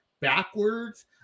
backwards